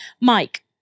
Mike